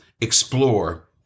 Explore